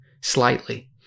slightly